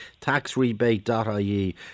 TaxRebate.ie